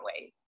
ways